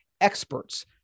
experts